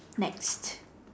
next